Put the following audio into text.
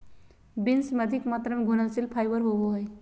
beans में अधिक मात्रा में घुलनशील फाइबर होवो हइ